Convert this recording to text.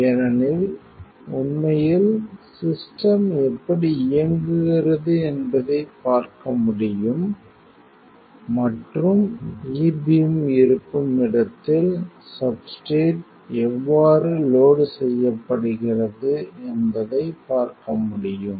ஏனெனில் உண்மையில் சிஸ்டம் எப்படி இயங்குகிறது என்பதைப் பார்க்க முடியும் மற்றும் E பீம் இருக்கும் இடத்தில் சப்ஸ்ட்ரேட் எவ்வாறு லோடு செய்யப்படுகிறது என்பதைப் பார்க்க முடியும்